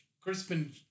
Crispin